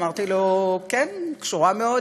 אמרתי לו: קשורה מאוד,